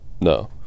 no